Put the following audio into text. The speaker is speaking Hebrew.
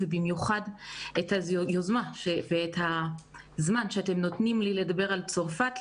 ובמיוחד את היוזמה ואת הזמן שאתם נותנים לי לדבר על צרפת.